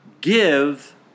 give